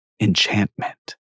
enchantment